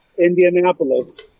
Indianapolis